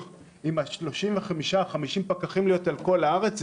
ממש לפני שבועות בודדים כולנו נתקלנו בבעיה האחרת של החוק הזה,